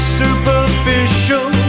superficial